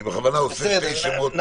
אני בכוונה אומר שני שמות ביחד,